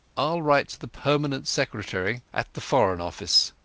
iall write to the permanent secretary at the foreign office.